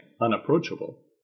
unapproachable